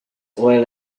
oil